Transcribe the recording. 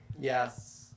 Yes